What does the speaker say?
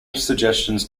suggestions